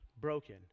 broken